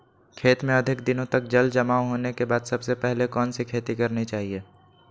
खेत में अधिक दिनों तक जल जमाओ होने के बाद सबसे पहली कौन सी खेती करनी चाहिए?